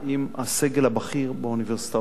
עם הסגל הבכיר באוניברסיטאות.